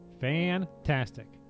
Fantastic